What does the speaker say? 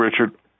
Richard